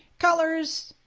colors,